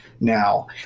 now